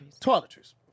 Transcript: Toiletries